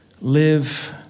live